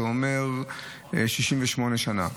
זה אומר 68 שנה,